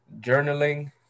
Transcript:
journaling